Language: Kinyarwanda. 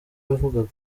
yavugaga